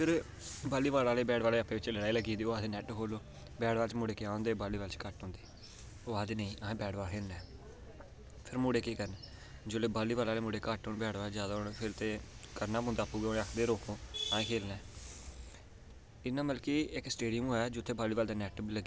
फिर बॉलीबॉल ते bat ball आह्लें दी आपें बिचें लड़ाई लग्गी जंदी ते आक्खदे नेट खोलो बैट बॉल च मुड़े जादा हों दे ते बॉलीबॉल च घट्ट होंदे ओह् आक्खदे नेईं असें बैट बॉल खेल्लना मुड़े केह् करन जेल्लै बॉलीबाल आह्ले मुड़े घट्ट होन ते बैट बॉल आह्ले जादै होन ते फिर ते करना पौंदा आपूं गै ओह् आक्खदे ते रोकना गै पौंदा इंया की इक्क स्टेडियम होऐ जित्थें बालीबॉल दा नेट बी लग्गी जा